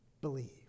Believe